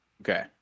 Okay